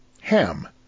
Ham